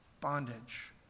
bondage